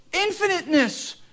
infiniteness